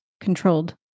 controlled